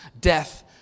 death